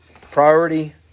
Priority